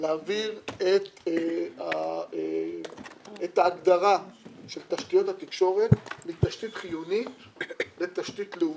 להעביר את ההגדרה של תשתיות התקשורת מתשתית חיונית לתשתית לאומית.